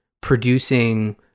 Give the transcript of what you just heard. producing